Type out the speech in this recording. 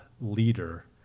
leader